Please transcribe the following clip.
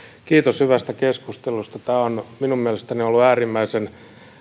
kiitos hyvästä keskustelusta tämä on minun mielestäni ollut äärimmäisen